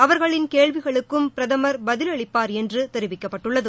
அவர்களின் கேள்விகளுக்கும் பிரதமர் பதிலளிப்பார் என்று தெரிவிக்கப்பட்டுள்ளது